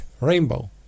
rainbow